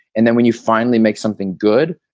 and then when you finally make something good,